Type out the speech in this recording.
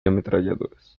ametralladoras